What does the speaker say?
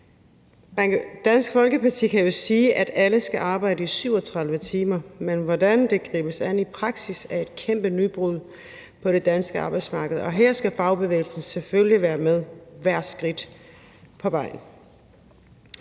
Dansk Folkeparti kan jo sige, at alle skal arbejde i 37 timer, men hvordan det gribes an i praksis, er et kæmpe nybrud på det danske arbejdsmarked, og her skal fagbevægelsen selvfølgelig være med i hvert skridt på vejen.